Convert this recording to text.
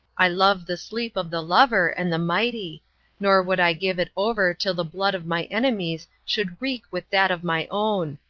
i love the sleep of the lover and the mighty nor would i give it over till the blood of my enemies should wreak with that of my own.